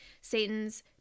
Satan's